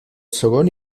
segon